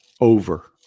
Over